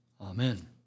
Amen